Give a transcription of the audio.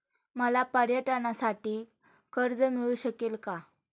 मला पर्यटनासाठी कर्ज मिळू शकेल का?